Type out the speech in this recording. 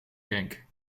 genk